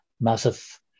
massive